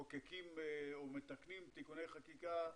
מחוקקים ומתקנים תיקוני חקיקה,